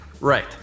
Right